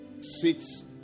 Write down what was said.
sits